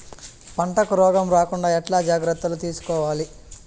పంటకు రోగం రాకుండా ఎట్లా జాగ్రత్తలు తీసుకోవాలి?